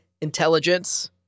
Intelligence